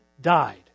died